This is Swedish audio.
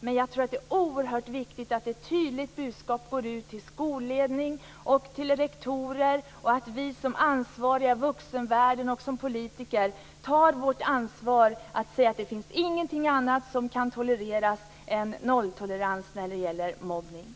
Men jag tror att det är oerhört viktigt att ett tydligt budskap går ut till skolledning och rektorer, att vi som ansvariga i vuxenvärlden och som politiker tar vårt ansvar och säger att det inte finns någonting annat som kan accepteras än nolltolerans när det gäller mobbning.